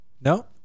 No